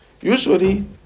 Usually